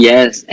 Yes